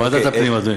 ועדת הפנים, אדוני.